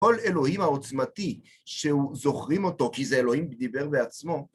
כל אלוהים העוצמתי שהוא זוכרים אותו, כי זה אלוהים דיבר בעצמו,